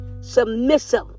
submissive